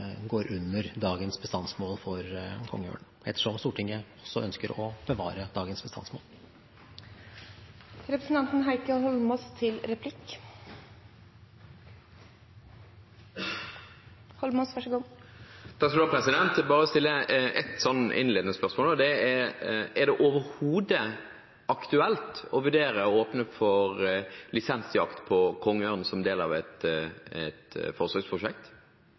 går under dagens bestandsmål for kongeørn, ettersom Stortinget ønsker å bevare dagens bestandsmål. Jeg vil bare stille et innledende spørsmål: Er det overhodet aktuelt å vurdere å åpne for lisensjakt på kongeørn som del av et